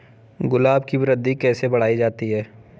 गुलाब की वृद्धि कैसे बढ़ाई जाए?